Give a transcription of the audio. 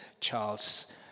Charles